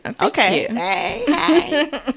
okay